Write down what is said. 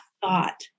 thought